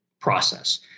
process